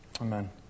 Amen